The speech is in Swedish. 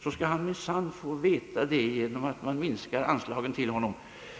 skall han minsann få erfara att anslagen till honom minskas.